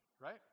right